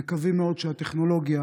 אנחנו מקווים מאוד שהטכנולוגיה,